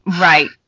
Right